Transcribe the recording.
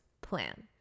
plan